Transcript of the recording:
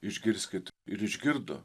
išgirskit ir išgirdo